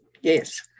yes